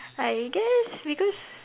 I guess because